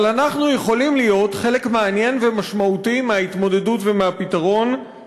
אבל אנחנו יכולים להיות חלק מעניין ומשמעותי מההתמודדות ומהפתרון,